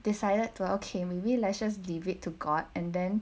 decided to okay maybe let's just leave it to god and then